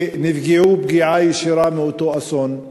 שנפגעו פגיעה ישירה מאותו אסון,